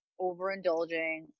overindulging